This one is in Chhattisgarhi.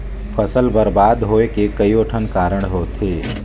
फसल बरबाद होवे के कयोठन कारण होथे